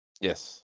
Yes